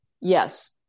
yes